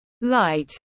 light